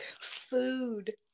Food